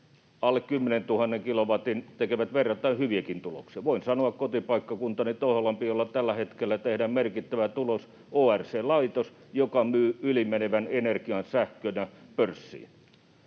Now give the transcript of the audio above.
alle 10 000 kilowatin turvelaitokset tekevät verrattain hyviäkin tuloksia. Voin sanoa, että kotipaikkakunnallani Toholammilla tehdään tällä hetkellä merkittävää tulosta. ORC-laitos myy yli menevän energian sähkönä pörssiin.